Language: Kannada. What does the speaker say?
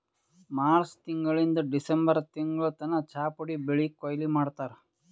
ಮಾರ್ಚ್ ತಿಂಗಳಿಂದ್ ಡಿಸೆಂಬರ್ ತಿಂಗಳ್ ತನ ಚಾಪುಡಿ ಬೆಳಿ ಕೊಯ್ಲಿ ಮಾಡ್ತಾರ್